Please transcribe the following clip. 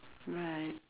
right